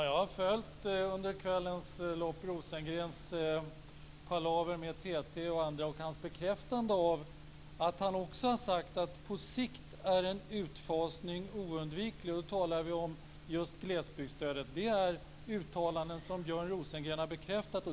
Fru talman! Jag har följt Rosengrens palaver med TT och andra under kvällens lopp. Han bekräftar att han också har sagt att på sikt är en utfasning oundviklig. Då talar vi om just glesbygdsstödet. Det är uttalanden som Björn Rosengren har bekräftat.